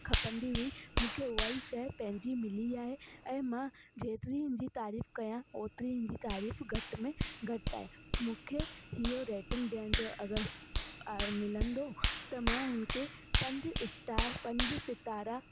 खपंदी हुई मूंखे उहा ई शइ पंहिंजी मिली आहे ऐं मां जेतिरी तारीफ़ु कयां ओतिरी तारीफ़ु घटि में घटि आहे मूंखे इहो रेटिंग ॾियण जो अगरि मिलंदो त मां हिन खे पंज स्टार पंज सितारा